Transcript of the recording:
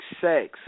sex